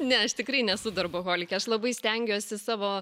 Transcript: ne aš tikrai nesu darboholikė aš labai stengiuosi savo